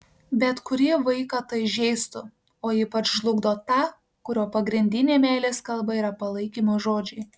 bet kurį vaiką tai žeistų o ypač žlugdo tą kurio pagrindinė meilės kalba yra palaikymo žodžiai